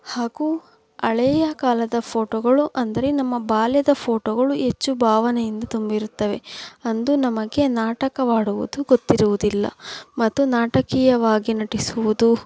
ಹಾಗೂ ಹಳೆಯ ಕಾಲದ ಫ಼ೋಟೋಗಳು ಅಂದರೆ ನಮ್ಮ ಬಾಲ್ಯದ ಫ಼ೋಟೋಗಳು ಹೆಚ್ಚು ಭಾವನೆಯಿಂದ ತುಂಬಿರುತ್ತವೆ ಅಂದು ನಮಗೆ ನಾಟಕವಾಡುವುದು ಗೊತ್ತಿರುವುದಿಲ್ಲ ಮತ್ತು ನಾಟಕೀಯವಾಗಿ ನಟಿಸುವುದು